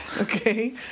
Okay